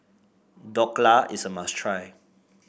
Dhokla is a must try